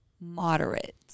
moderate